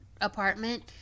apartment